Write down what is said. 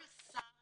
כל שר